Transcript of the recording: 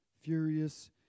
furious